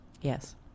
Yes